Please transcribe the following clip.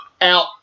out